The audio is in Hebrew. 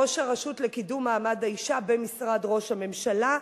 ראש הרשות לקידום מעמד האשה במשרד ראש הממשלה,